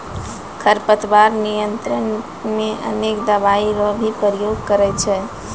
खरपतवार नियंत्रण मे अनेक दवाई रो भी प्रयोग करे छै